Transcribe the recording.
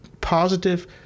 positive